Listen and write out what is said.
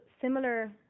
similar